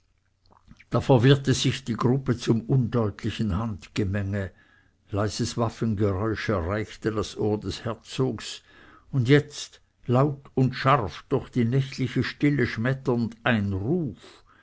da verwirrte sich die gruppe zum undeutlichen handgemenge leises waffengeräusch erreichte das ohr des herzogs und jetzt laut und scharf durch die nächtliche stille schmetternd ein ruf